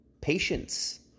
patience